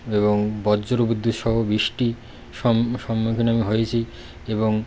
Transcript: এবং বজ্র বিদ্যুৎসহ বৃষ্টি সম্মুখীন আমি হয়েছি এবং